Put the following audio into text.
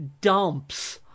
dumps